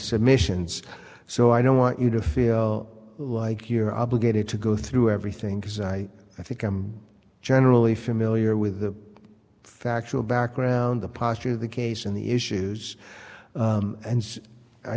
submissions so i don't want you to feel like you're obligated to go through everything because i i think i'm generally familiar with the factual background the posture of the case and the issues and i